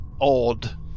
odd